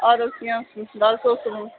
اَدٕ حظ کیٚنٛہہ حظ چھُنہٕ بہٕ حظ سوزٕ صُبحَن